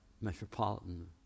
metropolitan